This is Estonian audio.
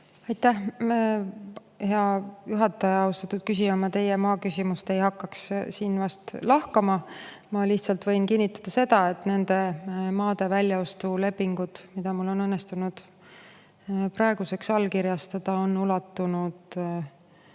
Aitäh! Hea juhataja! Austatud küsija! Ma teie maa küsimust ei hakka siin vast lahkama. Ma võin lihtsalt kinnitada seda, et nende maade väljaostu lepingud, mida mul on õnnestunud praeguseks allkirjastada, on ulatunud